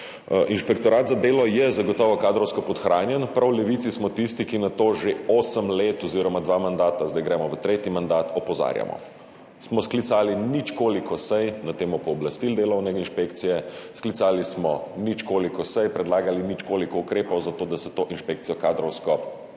Inšpektorat za delo je zagotovo kadrovsko podhranjen. Prav v Levici smo tisti, ki na to že osem let oziroma dva mandata, zdaj gremo v tretji mandat, opozarjamo. Sklicali smo ničkoliko sej na temo pooblastil delovne inšpekcije, sklicali smo ničkoliko sej, predlagali ničkoliko ukrepov za to, da se to inšpekcijo kadrovsko popolni.